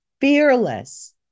fearless